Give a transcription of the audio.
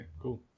cool